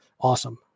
awesome